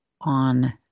on